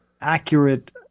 accurate